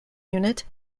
unit